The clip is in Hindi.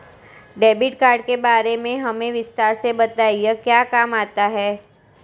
डेबिट कार्ड के बारे में हमें विस्तार से बताएं यह क्या काम आता है?